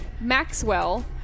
maxwell